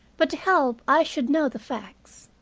but to help i should know the facts.